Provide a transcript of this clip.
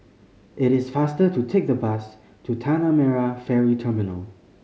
it is faster to take the bus to Tanah Merah Ferry Terminal